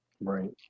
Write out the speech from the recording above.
Right